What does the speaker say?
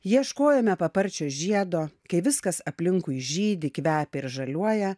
ieškojome paparčio žiedo kai viskas aplinkui žydi kvepia ir žaliuoja